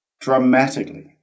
dramatically